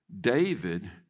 David